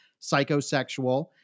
psychosexual